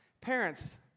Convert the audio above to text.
Parents